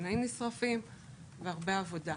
שנאים נשרפים והרבה עבודה.